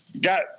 got